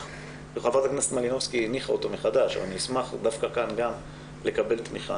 חברת הנסת מלינובסקי הניחה שוב את החוק ואני אשמח דווקא כאן לקבל תמיכה.